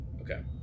okay